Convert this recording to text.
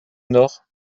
nor